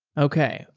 okay.